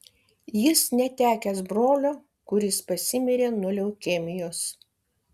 jis netekęs brolio kuris pasimirė nuo leukemijos